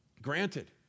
Granted